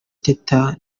teta